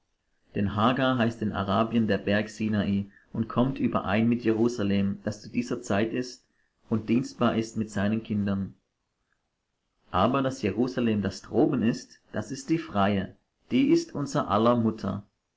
denn hagar heißt in arabien der berg sinai und kommt überein mit jerusalem das zu dieser zeit ist und dienstbar ist mit seinen kindern aber das jerusalem das droben ist das ist die freie die ist unser aller mutter